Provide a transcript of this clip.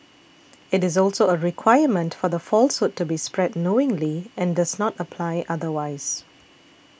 it is also a requirement for the falsehood to be spread knowingly and does not apply otherwise